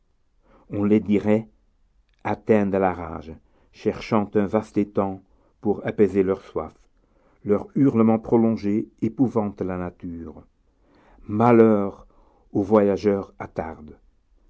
on les dirait atteints de la rage cherchant un vaste étang pour apaiser leur soif leurs hurlements prolongés épouvantent la nature malheur au voyageur attarde